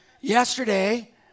Yesterday